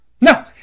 No